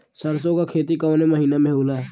सरसों का खेती कवने महीना में होला?